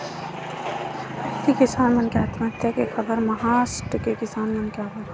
पहिली किसान मन के आत्महत्या के खबर महारास्ट के किसान मन के आवय